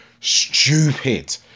stupid